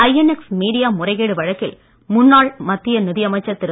INX media முறைகேடு வழக்கில் முன்னாள் மத்திய நிதியமைச்சர் திரு